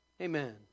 Amen